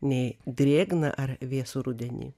nei drėgną ar vėsų rudenį